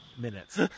minutes